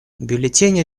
бюллетени